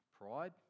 pride